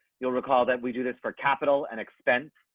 you'll recall that we do this for capital and expense.